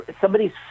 Somebody's